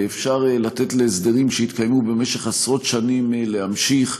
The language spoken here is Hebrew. ואפשר לתת להסדרים שהתקיימו במשך עשרות שנים להמשיך.